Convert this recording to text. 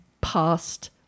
past